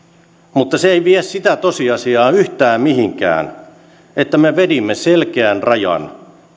mutta se ei vie sitä tosiasiaa yhtään mihinkään että me vedimme selkeän rajan